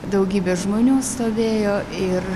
daugybė žmonių stovėjo ir